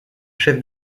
chef